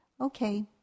okay